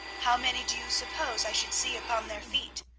how many do you suppose i should see upon their feet?